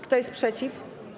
Kto jest przeciw?